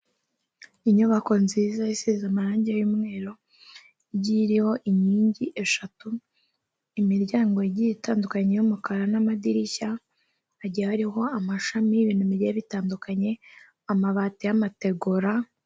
Inyubako nziza, isize amarange y'umweru, igiye iriho inkingi eshatu, imiryango igiye itandukanye y'umukara n'amadirishya, hagiye harihoho amashami y'ibintu bigiye bitandukanye, amabati y'amategura.